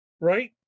Right